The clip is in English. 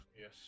Yes